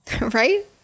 right